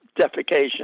defecation